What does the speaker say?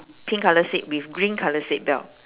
pink colour seat with green colour seat belt